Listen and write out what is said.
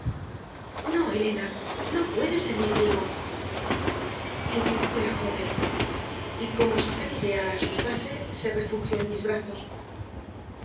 no elena no puede ser mi primo insistió la joven y como si tal idea la asustase se refugió en mis brazos